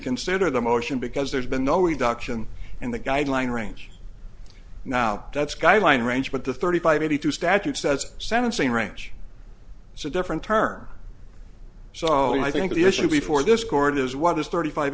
consider the motion because there's been no reduction in the guideline range now that's guideline range but the thirty five eighty two statute says sentencing range so a different term so i think the issue before this court is what does thirty five